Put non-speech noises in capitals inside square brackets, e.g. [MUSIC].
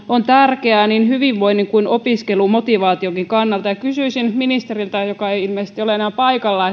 on tärkeää niin hyvinvoinnin kuin opiskelumotivaationkin kannalta ja kysyisin ministeriltä joka ei ilmeisesti ole enää paikalla [UNINTELLIGIBLE]